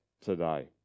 today